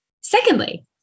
Secondly